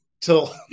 till